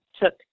took